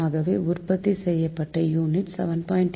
ஆகவே உற்பத்தி செய்யப்பட்ட யூனிட்ஸ் 37